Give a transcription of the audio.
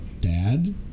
Dad